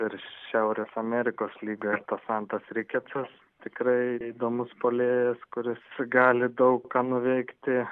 ir šiaurės amerikos lygoje tausandas riketsas tikrai įdomus puolėjas kuris gali daug ką nuveikti